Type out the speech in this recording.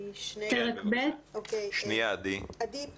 עדי,